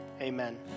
Amen